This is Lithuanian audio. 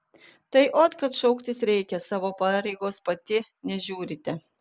tai ot kad šauktis reikia savo pareigos pati nežiūrite